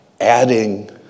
adding